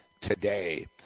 today